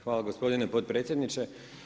Hvala gospodine podpredsjedniče.